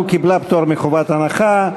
קיבלה פטור מחובת הנחה.